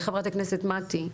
חברת הכנסת מטי,